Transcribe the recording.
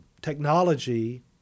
technology –